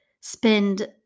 spend